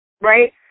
right